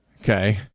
Okay